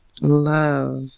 love